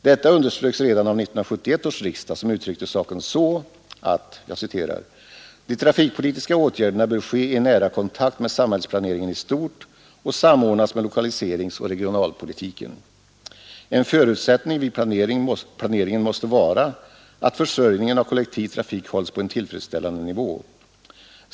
Detta underströks redan av 1971 års riksdag som uttryckte saken så: ”De trafikpolitiska åtgärderna bör ske i nära kontakt med samhällsplaneringen i stort och samordnas med lokaliseringsoch regionalpolitiken. En förutsättning vid planeringen måste vara att försörjningen av kollektiv trafik hålls på en tillfredsställande nivå.